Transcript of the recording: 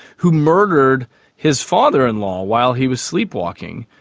who murdered his father-in-law while he was sleepwalking,